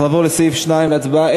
אנחנו נעבור לסעיף 2, להצבעה.